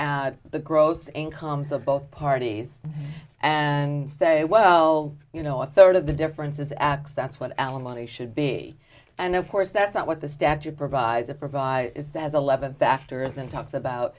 the gross incomes of both parties and say well you know a third of the difference is x that's what alimony should be and of course that's not what the statute provides it provide as eleven factors and talks about